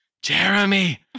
Jeremy